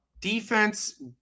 Defense